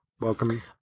Welcoming